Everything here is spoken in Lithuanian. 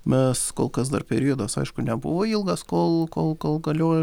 mes kol kas dar periodas aišku nebuvo ilgas kol kol kol galiojo